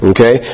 Okay